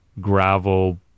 gravel